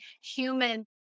human